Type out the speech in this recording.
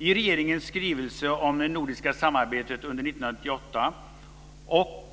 I regeringens skrivelse om nordiskt samarbete under 1998,